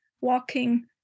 walking